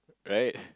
right